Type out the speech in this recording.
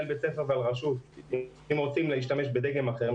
בתי הספר ועל רשות ואם הם רוצים להשתמש בדגם אחר,